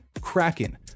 Kraken